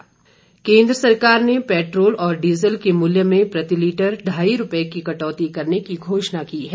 Jaitley petrol diesel केंद्र सरकार ने पेट्रोल और डीजल के मूल्य में प्रति लीटर ढाई रुपये की कटौती करने की घोषणा की है